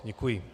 Děkuji.